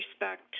respect